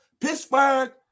Pittsburgh